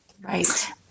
Right